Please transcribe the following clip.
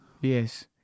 Yes